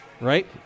right